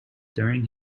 during